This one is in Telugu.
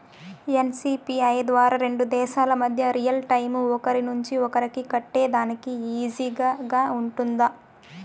ఎన్.సి.పి.ఐ ద్వారా రెండు దేశాల మధ్య రియల్ టైము ఒకరి నుంచి ఒకరికి కట్టేదానికి ఈజీగా గా ఉంటుందా?